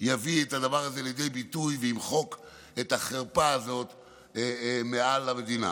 יביא את הדבר הזה לידי ביטוי וימחק את החרפה הזאת מעל המדינה.